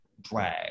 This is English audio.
drag